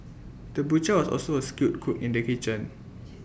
the butcher was also A skilled cook in the kitchen